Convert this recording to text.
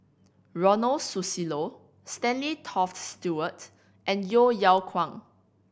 Ronald Susilo Stanley Toft Stewart and Yeo Yeow Kwang